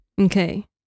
Okay